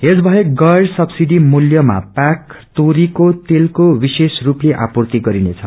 यस बाहेक गैर सब्सिड मूल्यमा पैक क तोरीको तेल को विशेष रूपले आपूर्ति गरिनेछ